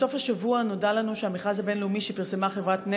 בסוף השבוע נודע לנו שהמכרז הבין-לאומי שפרסמה חברת נת"ע,